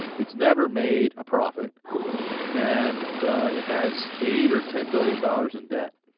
it's never made a profit and it has eight or ten billion dollars in debt.